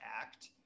Act